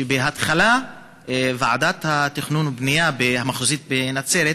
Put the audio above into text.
שבהתחלה ועדת התכנון והבנייה המחוזית בנצרת